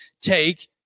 take